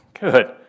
Good